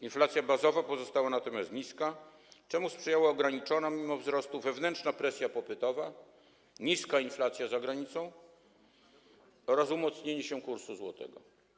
Inflacja bazowa pozostała natomiast niska, czemu sprzyjała ograniczona mimo wzrostu wewnętrzna presja popytowa, niska inflacja za granicą oraz umocnienie się kursu złotego.